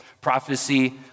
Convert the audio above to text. Prophecy